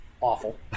awful